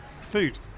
food